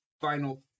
final